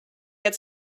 get